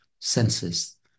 senses